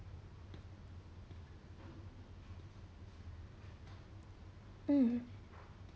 um